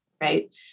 right